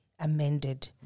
amended